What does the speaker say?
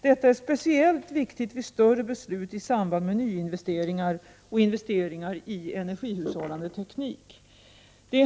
Detta är speciellt viktigt vid större beslut i samband med nyinvesteringar och investeringar i energihushållande teknik.